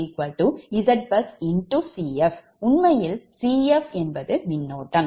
உண்மையில் Cf என்பது மின்னோட்டம்